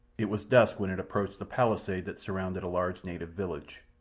it was dusk when it approached the palisade that surrounded a large native village.